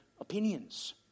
opinions